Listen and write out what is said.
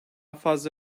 fazla